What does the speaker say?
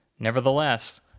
Nevertheless